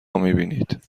میبینید